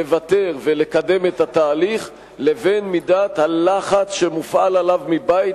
לוותר ולקדם את התהליך לבין מידת הלחץ שמופעל עליו מבית,